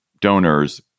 donors